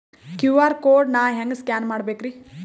QR code ನಾ ಹೆಂಗ scan ಮಾಡಬೇಕ್ರಿ?